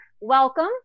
welcome